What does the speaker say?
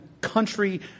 country